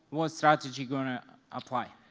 what strategy gonna apply?